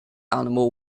animal